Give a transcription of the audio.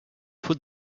faute